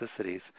toxicities